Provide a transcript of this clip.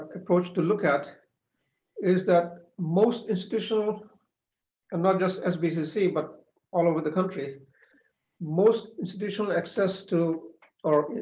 approach to look at is that most institutional and not just sbcc but all over the country most institutional access to or